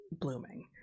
blooming